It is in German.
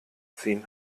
ziehen